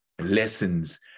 lessons